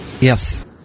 Yes